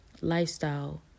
lifestyle